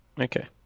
Okay